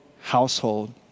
household